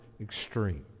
extreme